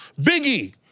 Biggie